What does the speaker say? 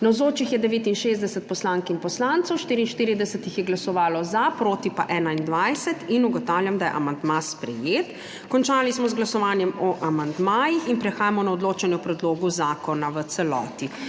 Navzočih je 69 poslank in poslancev, 44 jih je glasovalo za, proti pa 21. (Za je glasovalo 44.) (Proti 21.) Ugotavljam, da je amandma sprejet. Končali smo z glasovanjem o amandmajih in prehajamo na odločanje o predlogu zakona v celoti.